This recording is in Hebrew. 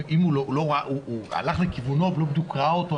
נניח שהוא הלך לכיוונו אבל לא בדיוק ראה אותו.